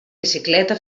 bicicleta